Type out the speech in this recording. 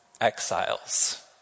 exiles